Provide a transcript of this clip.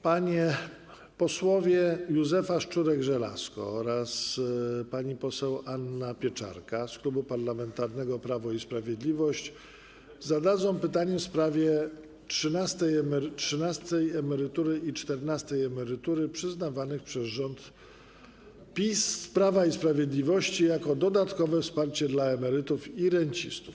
Pani poseł Józefa Szczurek-Żelazko oraz pani poseł Anna Pieczarka z Klubu Parlamentarnego Prawo i Sprawiedliwość zadadzą pytanie w sprawie trzynastej emerytury i czternastej emerytury przyznawanych przez rząd Prawa i Sprawiedliwości jako dodatkowe wsparcie dla emerytów i rencistów.